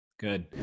good